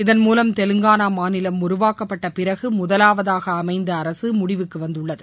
இதன் மூலம் தெலங்கானா மாநிலம் உருவாக்கப்பட்ட பிறகு முதலாவதாக அமைந்த அரசு முடிவுக்கு வந்துள்ளது